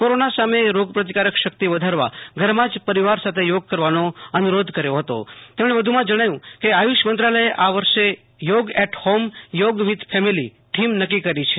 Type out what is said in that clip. corona સામે રોગ પ્રતિકારક શક્તિ વધારવા ધરમાં જ પરિવાર સાથે યોગ કરવાનો અનુ રોધ કર્યો છે તેમણે વધુ માં જણાવ્યુ કે આયુ ષ મંત્રાલયે આ વર્ષે યોગ એટ હોમ વિથ ફેમિલીંધીમ નક્કી કરી છે